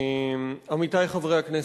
עמיתי חברי הכנסת,